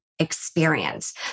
Experience